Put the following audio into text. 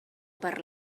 per